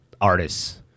artists